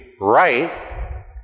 right